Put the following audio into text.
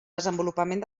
desenvolupament